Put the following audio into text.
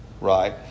Right